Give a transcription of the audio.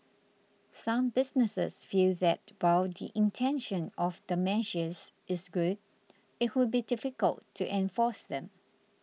some businesses feel that while the intention of the measures is good it would be difficult to enforce them